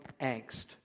angst